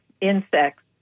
insects